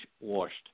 washed